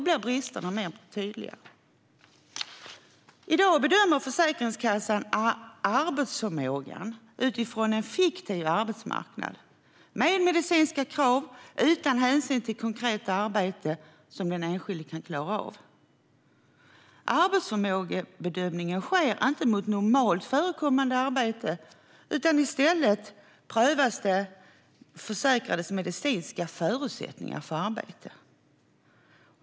Försäkringskassan bedömer i dag arbetsförmågan utifrån en fiktiv arbetsmarknad med medicinska krav utan hänsyn till vilka konkreta arbeten som den enskilde kan klara av. Arbetsförmågebedömningen sker inte mot normalt förekommande arbete, utan i stället prövas den försäkrades medicinska förutsättningar för arbete.